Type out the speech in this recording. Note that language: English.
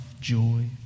joy